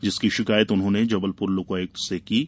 जिसकी शिकायत उन्होंने जबलपुर लोकायुक्त से की थी